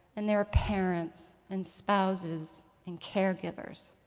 and they are parents and spouses and caregivers.